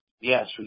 Yes